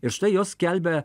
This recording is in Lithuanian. ir štai jos skelbia